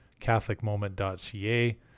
catholicmoment.ca